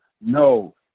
No